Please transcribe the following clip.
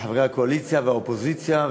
חברי הקואליציה והאופוזיציה,